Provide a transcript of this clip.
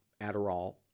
Adderall